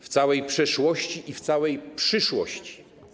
W całej przeszłości i w całej przyszłości/